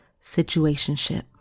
Situationship